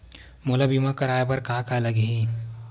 मोला बीमा कराये बर का का लगही?